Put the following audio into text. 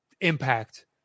impact